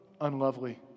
unlovely